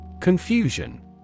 Confusion